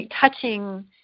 touching